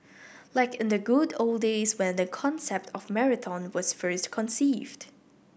like in the good old days when the concept of marathon was first conceived